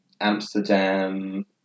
Amsterdam